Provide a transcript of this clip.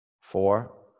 four